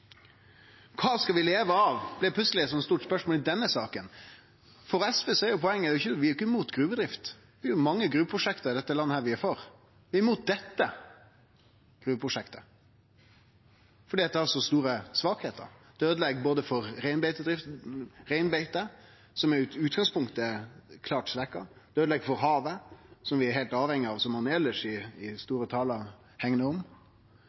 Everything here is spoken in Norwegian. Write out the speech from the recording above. Kva skal vi leve av? Det blei plutseleg eit stort spørsmål i denne saka. SV er ikkje imot gruvedrift. Det er mange gruveprosjekt i dette landet som vi er for. Vi er imot dette gruveprosjektet fordi det har så store svakheiter. Det øydelegg for reinbeitet, som i utgangspunktet er klart svekt. Det øydelegg for havet, som vi er heilt avhengige av, og som ein elles i store talar hegnar om.